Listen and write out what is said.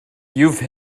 you’ve